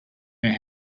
their